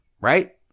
right